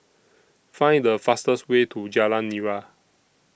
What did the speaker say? Find The fastest Way to Jalan Nira